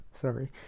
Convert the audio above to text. Sorry